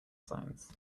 signs